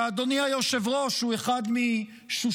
שאדוני היושב-ראש הוא אחד משושביניו.